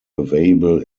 available